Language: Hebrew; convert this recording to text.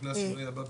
לפני השינוי הבא,